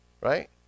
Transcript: right